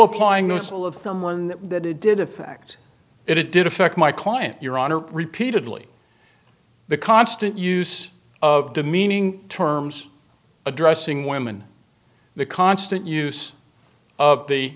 applying most all of them one that it did a fact it did affect my client your honor repeatedly the constant use of demeaning terms addressing women the constant use of the